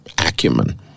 acumen